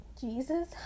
Jesus